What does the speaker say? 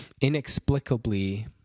inexplicably